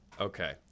Okay